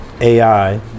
AI